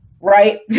right